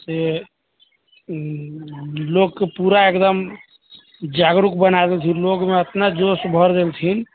से लोकके पूरा एगदम जागरूक बनाबै लोग मे एतना जोश भर देलखिन